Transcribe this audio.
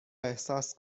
احساس